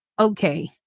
okay